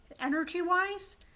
energy-wise